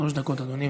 שלוש דקות, אדוני.